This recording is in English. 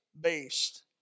based